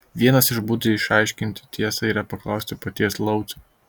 vienas iš būdų išsiaiškinti tiesą yra paklausti paties laucio